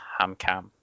Hamcam